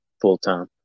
full-time